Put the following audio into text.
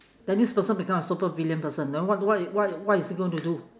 then this person become a supervillain person then what d~ what what what is he going to do